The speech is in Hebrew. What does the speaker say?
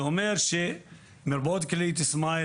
זה אומר שמרפאות כללית סמייל,